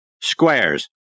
Square's